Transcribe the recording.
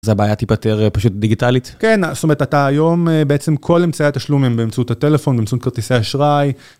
אז הבעיה תיפטר פשוט דיגיטלית? כן, זאת אומרת, אתה היום בעצם כל אמצעי התשלומים באמצעות הטלפון באמצעות כרטיסי אשראי.